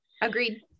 agreed